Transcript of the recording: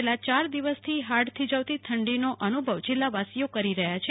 છેલ્લા યાર દિવસથી હાડથીજવતી ઠંડીનો અનુભવ જીલ્લાવાસીઓ કરી રહ્યા છે